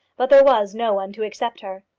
but there was no one to accept her.